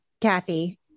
kathy